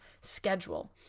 schedule